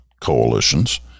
coalitions